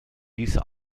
diese